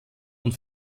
und